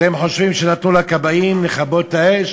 אתם חושבים שנתנו לכבאים לכבות את האש?